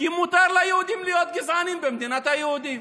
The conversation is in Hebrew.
כי מותר ליהודים להיות גזענים במדינת היהודים,